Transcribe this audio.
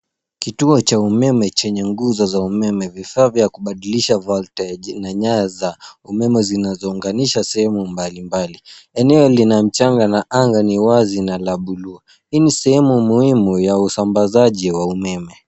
Kituo cha umeme chenye nguzo za umeme, vifaa vya kubadilisha voltage na nyaya za umeme zinazounganisha sehemu mbalimbali. Eneo lina mchanga na anga ni wazi na la bluu. Hii ni sehemu muhimu ya usambazaji wa umeme.